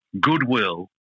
goodwill